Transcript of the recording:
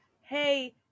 Hey